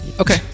okay